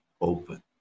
open